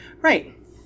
Right